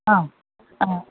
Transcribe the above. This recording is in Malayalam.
ആ ആ